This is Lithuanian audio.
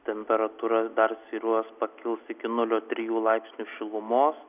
temperatūra dar svyruos pakils iki nulio trijų laipsnių šilumos